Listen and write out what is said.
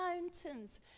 mountains